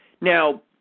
Now